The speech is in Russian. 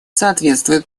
соответствует